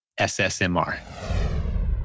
SSMR